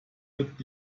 wird